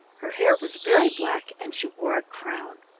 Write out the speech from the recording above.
her hair was very black, and she wore a crown.